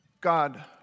God